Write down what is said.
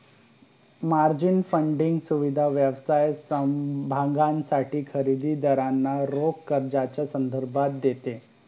margin funding सुविधा व्यवसाय समभागांसाठी खरेदी दारांना रोख कर्जाचा संदर्भ देते